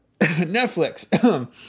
Netflix